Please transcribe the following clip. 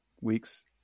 weeks